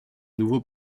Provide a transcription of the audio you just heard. nouveau